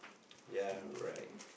yeah right